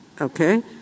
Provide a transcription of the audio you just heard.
okay